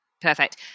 perfect